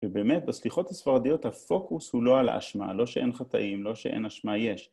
ובאמת בסליחות הספרדיות הפוקוס הוא לא על האשמה, לא שאין חטאים, לא שאין אשמה, יש.